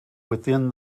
within